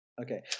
Okay